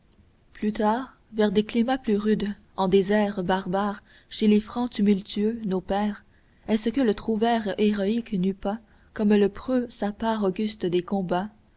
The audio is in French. plus tard vers des climats plus rudes en des ères barbares chez les francs tumultueux nos pères est-ce que le trouvère héroïque n'eut pas comme le preux sa part auguste des combats